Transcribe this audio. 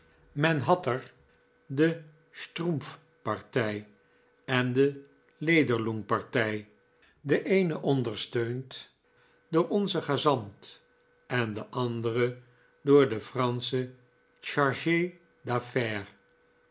men had er de strumpff partij en de lederlung partij de eene ondersteund door onzen gezant en de andere door den franschen